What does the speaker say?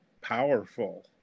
powerful